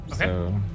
Okay